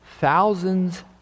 thousands